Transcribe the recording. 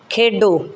ਖੇਡੋ